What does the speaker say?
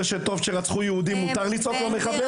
שטוב שרצחו יהודים מותר לצעוק לו מחבל?